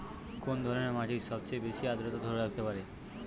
কোন ধরনের মাটি সবচেয়ে বেশি আর্দ্রতা ধরে রাখতে পারে?